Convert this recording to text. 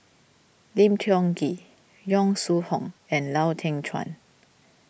Lim Tiong Ghee Yong Shu Hoong and Lau Teng Chuan